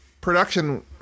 production